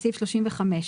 בסעיף 35,